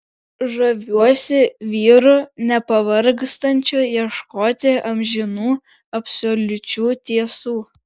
žaviuosi vyru nepavargstančiu ieškoti amžinų absoliučių tiesų